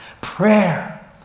prayer